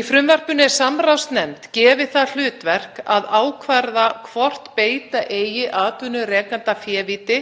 Í frumvarpinu er samráðsnefnd gefið það hlutverk að ákvarða hvort beita eigi atvinnurekanda févíti